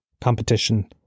Competition